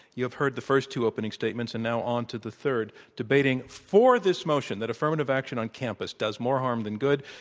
you have herald the first two opening statements and now onto the third. debating for this motion that affirmative action on campus does more harm than good,